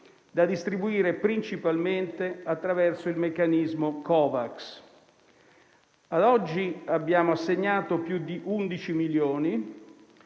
da distribuire principalmente attraverso il meccanismo Covax. Ad oggi abbiamo assegnato più di 11 milioni